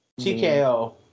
TKO